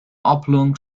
oblong